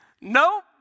Nope